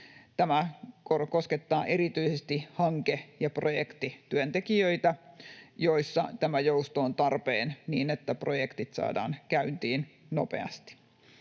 Tämä koskettaa erityisesti hanke‑ ja projektityöntekijöitä, joissa tämä jousto on tarpeen, niin että projektit saadaan käyntiin nopeasti.